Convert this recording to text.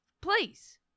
Please